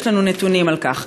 ויש לנו נתונים על כך.